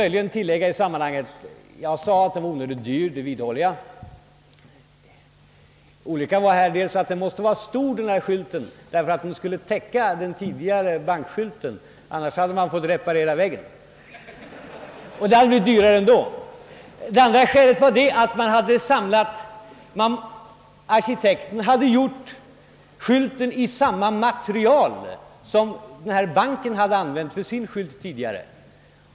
Jag sade att skylten var onödigt dyr, och det vidhåller jag. Olyckan var att denna skylt måste vara stor därför att den skulle täcka den tidigare bankskylten — annars hade man fått reparera väggen, och det hade blivit dyrare ändå. Ett annat skäl till den höga kostnaden var att arkitekten hade gjort skylten i samma material som banken hade använt för sin skylt tidigare.